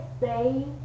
say